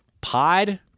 Pod